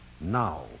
Now